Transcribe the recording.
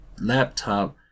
laptop